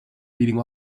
beating